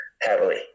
heavily